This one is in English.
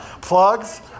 Plugs